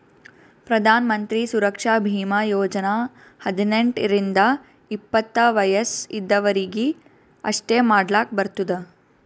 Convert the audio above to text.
ಪ್ರಧಾನ್ ಮಂತ್ರಿ ಸುರಕ್ಷಾ ಭೀಮಾ ಯೋಜನಾ ಹದ್ನೆಂಟ್ ರಿಂದ ಎಪ್ಪತ್ತ ವಯಸ್ ಇದ್ದವರೀಗಿ ಅಷ್ಟೇ ಮಾಡ್ಲಾಕ್ ಬರ್ತುದ